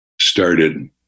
started